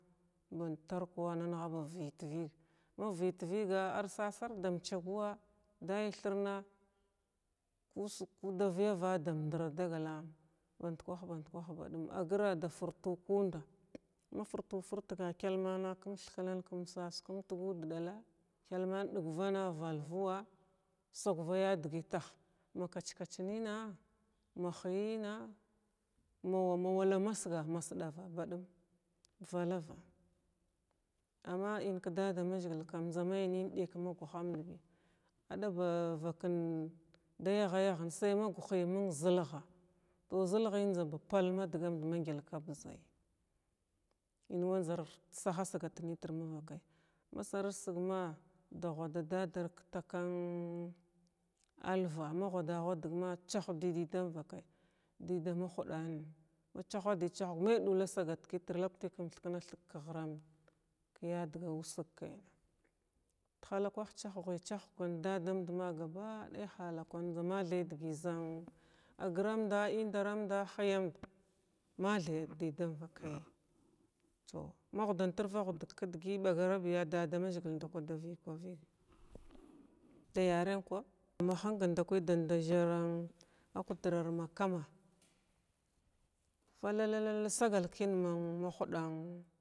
Band tarkwa wanna angha ba vəyət vəga ma vəgət vəga arsa-sa arda vəyava dam ndra dagalan bandkwah bandkwah baɗum agra da firtu kunda mafirtu firtga kyalmana kum thiknan kum sas kum tdgu da ɗala kyalman ɗigvana val-vigwa swagva ya dəgətah ma kach-kach nina, ma hiyəna, maw ma wala masga ma sɗava baɗum valava amma in k-dadama zhigəl kam njza may nən ɗyak ma guhamdəy aɗba vakən da yagha-yaghan say ma guhun məng zilgha tow zilghən njza ba pal ma dgamda magyəl ka ghuzay inwa njar sahasagat nətir ma vakay ma sarit sig ma da ghwada dadar ka taka’an alva ma ghrada ghrad gama chauhdəy dəda mənvakay dəda ma huɗan ma chahwa dəy chauhg may ɗull sagat kətir lawkti kum thikna thig ka ghramdəy kiya ussəg kəna t-hala kwah chakg-chanhg kwan ka dadamdama gaba-ɗay halakwan njza mathay dəgəy zan aramda, indaranda, liyaud mathay dədam vakayyi tow ma ghudam tirava ghudəy kəkaɗgəy ɓagarabiya dadamazhigəl ndalswa da vəlava vəga ɗayaran ko ma həngən nda kwəy ɗanda zaran akundrara ma kama fala lal sagal kən mən.